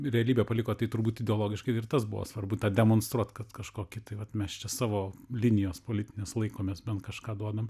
realybę paliko tai turbūt ideologiškai ir tas buvo svarbu tą demonstruot kad kažkokį tai vat mes čia savo linijos politinės laikomės bent kažką duodam